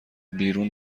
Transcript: بیرون